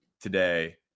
today